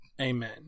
amen